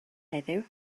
heddiw